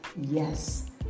Yes